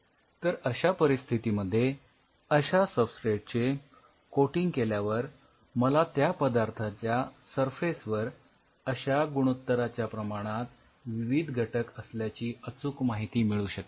तर अश्या परिस्थितीमध्ये अश्या सबस्ट्रेट चे कोटिंग केल्यावर मला त्या पदार्थाच्या सरफेस वर अश्या गुणोत्तराच्या प्रमाणात विविध घटक असल्याची अचूक माहिती मिळू शकेल